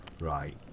right